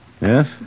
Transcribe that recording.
Yes